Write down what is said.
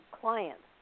clients